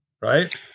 right